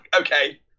okay